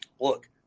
look